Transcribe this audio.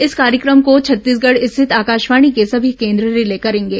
इस कार्यक्रम को छत्तीसगढ स्थित आकाशवाणी के सभी केन्द्र रिले करेंगे